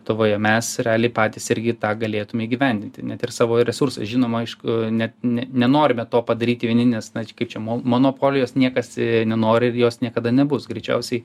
tuvoje mes realiai patys irgi tą galėtume įgyvendinti net ir savo resursais žinoma aišku net ne nenorime to padaryti vieni nes na kaip čia mon monopolijos niekas nenori ir jos niekada nebus greičiausiai